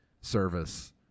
service